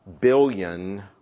billion